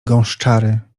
gąszczary